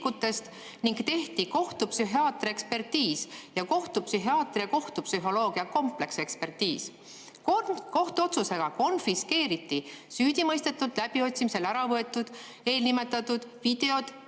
ning tehti kohtupsühhiaatriaekspertiis ja kohtupsühhiaatria-kohtupsühholoogia kompleksekspertiis. Kohtu otsusega konfiskeeriti süüdimõistetult läbiotsimisel ära võetud eelnimetatud videod